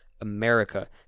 America